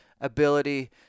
ability